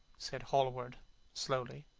said hallward slowly.